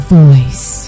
voice